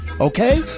Okay